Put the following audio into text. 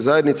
zajednice,